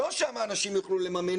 שם האנשים לא יוכלו לממן.